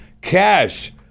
cash